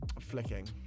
flicking